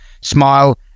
smile